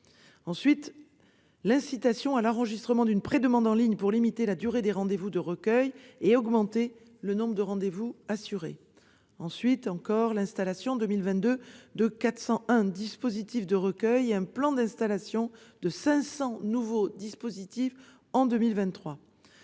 ensuite à l'incitation à l'enregistrement d'une prédemande en ligne pour limiter la durée des rendez-vous de recueil et augmenter le nombre de rendez-vous assurés. Le Gouvernement a également prévu l'installation, en 2022, de 401 dispositifs de recueil et un plan d'installation de 500 nouveaux dispositifs en 2023.